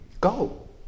Go